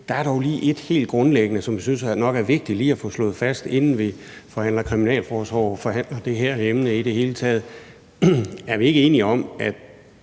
Der er dog lige noget helt grundlæggende, som jeg nok synes det er vigtigt at få slået fast, inden vi forhandler kriminalforsorgen og forhandler det her emne i det hele taget. Er vi ikke enige om, at